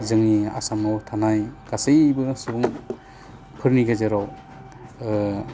जोंनि आसामाव थानाय गासैबो सुुबुंफोरनि गेजेराव